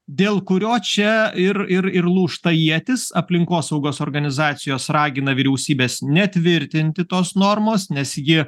dėl kurio čia ir ir lūžta ietys aplinkosaugos organizacijos ragina vyriausybes netvirtinti tos normos nes ji